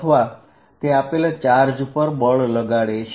અથવા તે આપેલા ચાર્જ પર બળ લગાડે છે